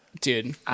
Dude